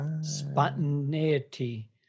Spontaneity